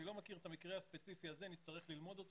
אני לא מכיר את המקרה הספציפי הזה ונצטרך ללמוד אותו